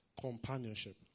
companionship